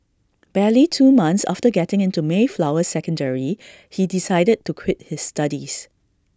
barely two months after getting into Mayflower secondary he decided to quit his studies